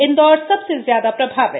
इंदौर सबसे ज्यादा प्रभावित